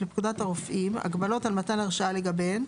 לפקודת הרופאים הגבלות על מתן הרשאה לגביהן,